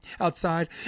outside